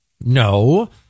No